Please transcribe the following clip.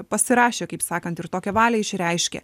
pasirašė kaip sakant ir tokią valią išreiškė